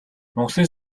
монголын